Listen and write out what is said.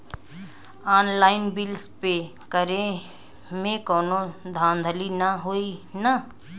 Online bill pay करे में कौनो धांधली ना होई ना?